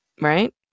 right